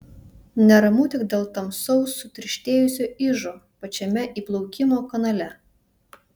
neramu tik dėl tamsaus sutirštėjusio ižo pačiame įplaukimo kanale